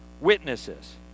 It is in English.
witnesses